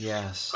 Yes